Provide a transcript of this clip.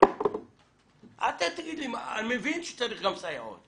אני מבין שצריך גם סייעות.